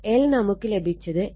L നമുക്ക് ലഭിച്ചത് 2